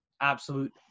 Absolute